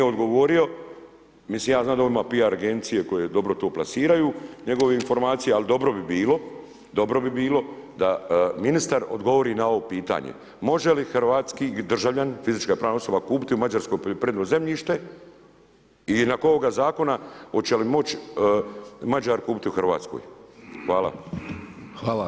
Mislim ja znam da on ima PR agencije koje dobro to plasiraju njegove informacije, ali dobro bi bilo, dobro bi bilo da ministar odgovori na ovo pitanje može li hrvatski državljan, fizička i pravna osoba kupiti u Mađarskoj poljoprivredno zemljište i nakon ovoga zakona hoće li moći Mađar kupiti u Hrvatskoj.